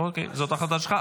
אוקיי, זאת החלטה שלך.